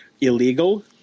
illegal